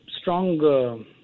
strong